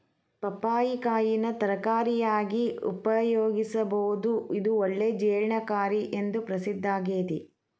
ಪಪ್ಪಾಯಿ ಕಾಯಿನ ತರಕಾರಿಯಾಗಿ ಉಪಯೋಗಿಸಬೋದು, ಇದು ಒಳ್ಳೆ ಜೇರ್ಣಕಾರಿ ಎಂದು ಪ್ರಸಿದ್ದಾಗೇತಿ